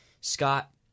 Scott